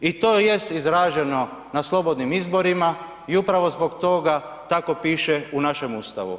I to jest izraženo na slobodnim izborima i upravo zbog toga tako piše u našem Ustavu.